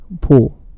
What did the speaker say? pool